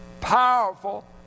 Powerful